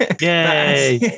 Yay